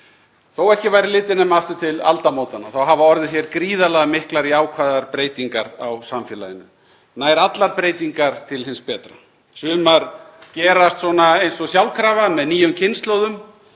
að ekki sé litið nema aftur til aldamótanna þá hafa orðið gríðarlega miklar og jákvæðar breytingar á samfélaginu, nær allar breytingar til hins betra. Sumar gerast svona eins og sjálfkrafa með nýjum kynslóðum